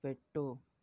పెట్టు